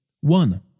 One